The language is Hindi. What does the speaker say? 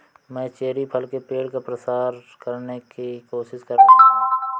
मैं चेरी फल के पेड़ का प्रसार करने की कोशिश कर रहा हूं